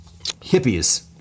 hippies